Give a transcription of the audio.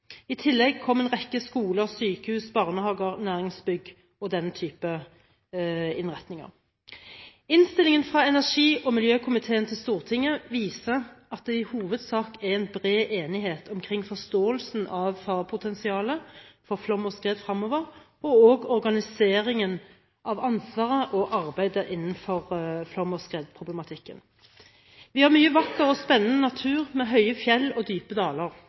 I tillegg kommer en rekke skoler, sykehus, barnehager, næringsbygg og den type innretninger. Innstillingen fra energi- og miljøkomiteen til Stortinget viser at det i hovedsak er en bred enighet omkring forståelsen av farepotensialet for flom og skred fremover og organiseringen av ansvaret og arbeidet innenfor flom- og skredproblematikken. Vi har mye vakker og spennende natur med høye fjell og dype daler,